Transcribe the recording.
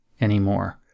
anymore